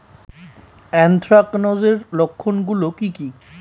Anthracnose এর লক্ষণ গুলো কি কি?